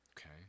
okay